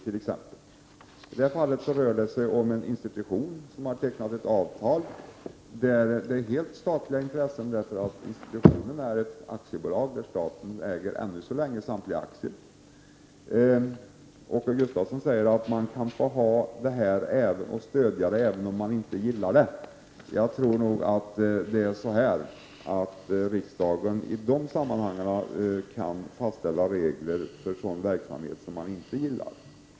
I det här fallet rör det sig om en institution som har tecknat ett avtal som berör helt statliga intressen — institutionen är ett aktiebolag där staten ännu så länge äger samtliga aktier. Åke Gustavsson säger att man kan stödja det även om man inte gillar det. Jag tror att riksdagen i de sammanhangen kan fastställa regler för sådan verksamhet som man inte gillar.